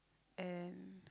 and